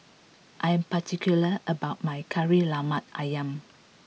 I am particular about my Kari Lemak Ayam